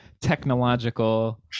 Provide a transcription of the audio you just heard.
technological